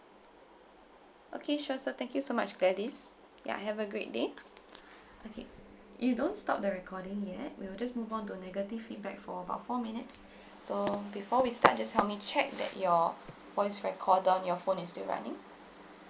okay sure so thank you so much gladys ya have a great day okay you don't stop the recording yet we will just move on to negative feedback for about four minutes so before we start just help me to check that your voice recorder on your phone is still running